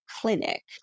clinic